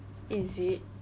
is it